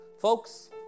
Folks